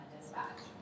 Dispatch